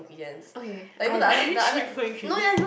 okay I buy cheap one can already